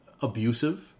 abusive